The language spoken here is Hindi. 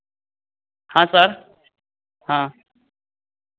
हाँ सर हाँ